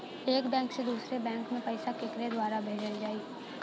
एक बैंक से दूसरे बैंक मे पैसा केकरे द्वारा भेजल जाई?